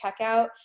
checkout